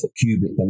cubic